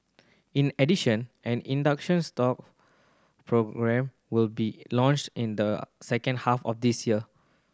in addition an inductions stall programme will be launched in the second half of this year